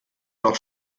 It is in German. doch